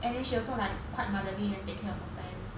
and then she also like quite motherly and take care of her friends